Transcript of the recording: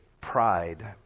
pride